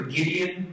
Gideon